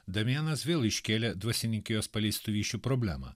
damianas vėl iškėlė dvasininkijos paleistuvysčių problemą